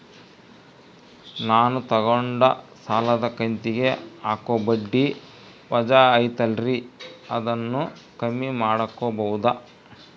ನಾನು ತಗೊಂಡ ಸಾಲದ ಕಂತಿಗೆ ಹಾಕೋ ಬಡ್ಡಿ ವಜಾ ಐತಲ್ರಿ ಅದನ್ನ ಕಮ್ಮಿ ಮಾಡಕೋಬಹುದಾ?